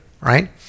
right